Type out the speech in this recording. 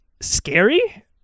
scary